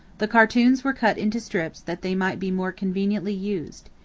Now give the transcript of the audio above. the cartoons were cut into strips that they might be more conveniently used.